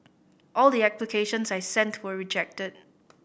all the applications I sent were rejected